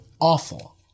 awful